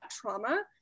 trauma